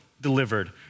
delivered